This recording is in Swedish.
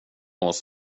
oss